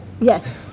Yes